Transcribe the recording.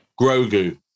Grogu